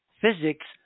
physics